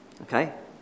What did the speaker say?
Okay